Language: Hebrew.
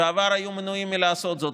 בעבר היו מנועים מלעשות זאת,